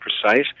precise